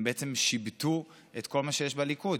הם בעצם שיבטו את כל מה שיש בליכוד,